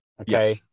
Okay